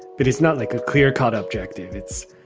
but it's not like a clear cut objective. it's